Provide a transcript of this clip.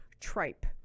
tripe